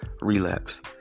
relapse